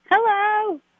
Hello